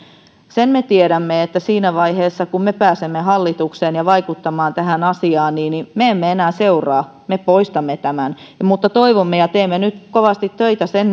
sen me tiedämme että siinä vaiheessa kun me pääsemme hallitukseen ja vaikuttamaan tähän asiaan me emme enää seuraa me poistamme tämän mutta toivomme ja teemme nyt kovasti töitä sen